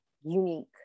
unique